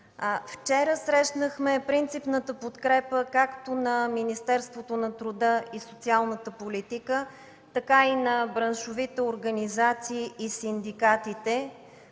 Вчера срещнахме принципната подкрепа както на Министерството на труда и социалната политика, така и на браншовите организации и синдикатите.